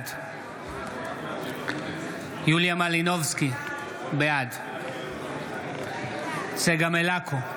בעד יוליה מלינובסקי, בעד צגה מלקו,